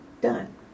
done